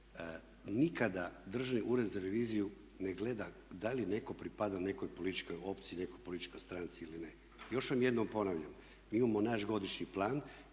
Nikada Državni ured za reviziju ne gleda da li netko pripada nekoj političkoj opciji, nekoj političkoj stranci ili ne. Još vam jednom ponavljam, mi imamo naš godišnji plan